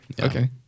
Okay